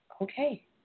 okay